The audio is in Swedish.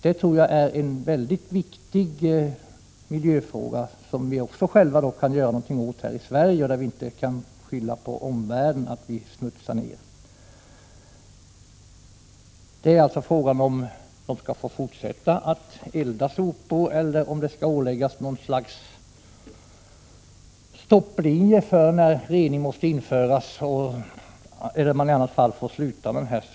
Det är en väldigt viktig miljöfråga, som vi själva kan göra något åt här i Sverige. Vi kan inte skylla på omvärlden. Skall man få fortsätta att elda sopor, eller skall vi sätta en stopplinje för när rening måste ske?